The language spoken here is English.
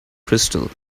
crystal